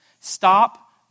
Stop